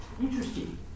interesting